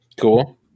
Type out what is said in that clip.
Cool